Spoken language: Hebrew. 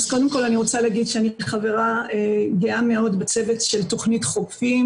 אז קודם כל אני רוצה להגיד שאני חברה גאה מאוד בצוות של תוכנית "חופים".